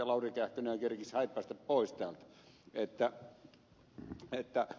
lauri kähkönen jo kerkisi häippäistä pois täältä